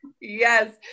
Yes